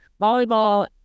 volleyball